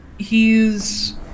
He's-